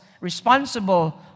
responsible